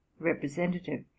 representative